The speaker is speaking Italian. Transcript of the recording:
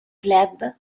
club